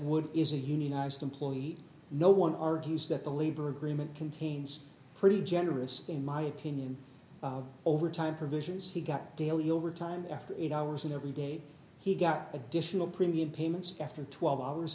wood is a unionized employee no one argues that the labor agreement contains pretty generous in my opinion overtime provisions he got a deal you'll retire after eight hours and every day he got additional premium payments after twelve hours